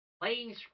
playing